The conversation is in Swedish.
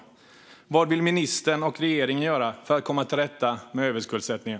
Vad vill ministern och regeringen göra för att komma till rätta med överskuldsättningen?